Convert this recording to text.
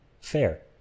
fair